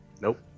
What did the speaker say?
Nope